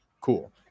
cool